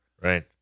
Right